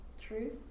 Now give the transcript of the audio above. truth